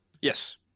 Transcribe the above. Yes